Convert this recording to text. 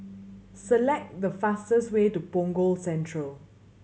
select the fastest way to Punggol Central